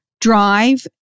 drive